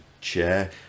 chair